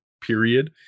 period